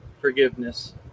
forgiveness